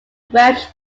welsh